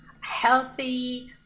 healthy